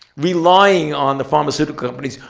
relying on the pharmaceutical companies.